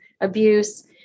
abuse